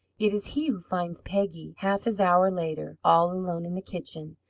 it is he who finds peggy, half as hour later, all alone in the kitchen.